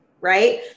Right